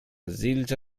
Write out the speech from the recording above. زلت